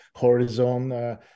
...horizon